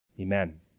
Amen